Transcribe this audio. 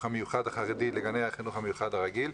המיוחד החרדי לגני החינוך המיוחד הרגיל,